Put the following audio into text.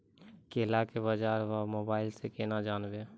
केला के बाजार भाव मोबाइल से के ना जान ब?